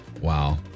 Wow